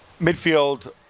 Midfield